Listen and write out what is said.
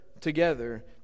together